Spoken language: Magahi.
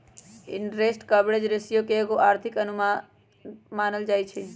इंटरेस्ट कवरेज रेशियो के एगो आर्थिक अनुपात मानल जाइ छइ